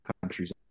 countries